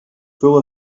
full